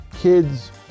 Kids